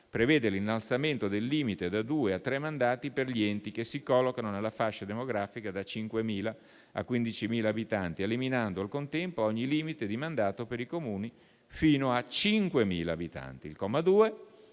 prevede l'innalzamento del limite da due a tre mandati per gli enti che si collocano nella fascia demografica da 5.000 a 15.000 abitanti, eliminando al contempo ogni limite di mandato per i Comuni fino a 5.000 abitanti. Il comma 2,